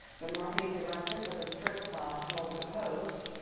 the marketing director for the strip club told the post.